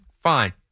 fine